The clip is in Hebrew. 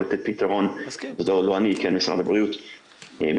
זאת אומרת משרד הבריאות,